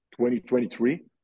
2023